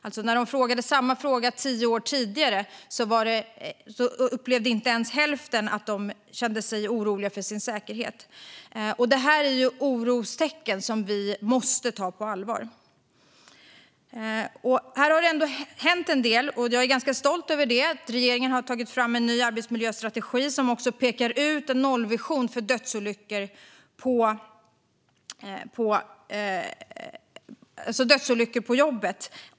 När samma fråga ställdes tio år tidigare kände sig inte ens hälften oroliga för sin säkerhet. Detta är orostecken som vi måste ta på allvar. Det har ändå hänt en del. Jag är ganska stolt över det. Regeringen har tagit fram en ny arbetsmiljöstrategi som också pekar ut en nollvision i fråga om dödsolyckor på jobbet.